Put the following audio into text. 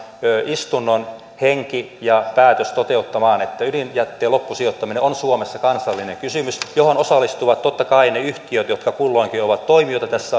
istunnon henki ja päätös toteuttamaan että ydinjätteen loppusijoittaminen on suomessa kansallinen kysymys johon osallistuvat totta kai ne yhtiöt jotka kulloinkin ovat toimijoita tässä